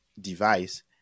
device